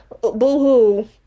boo-hoo